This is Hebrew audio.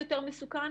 את יותר טובה מזה,